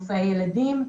מופעי ילדים.